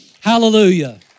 Hallelujah